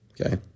Okay